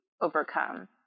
overcome